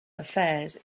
affairs